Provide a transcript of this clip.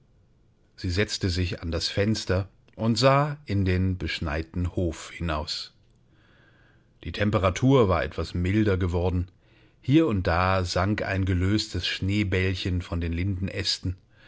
sie setzte sich an das fenster und sah in den beschneiten hof hinaus die temperatur war etwas milder geworden hier und da sank ein gelöstes schneebällchen von den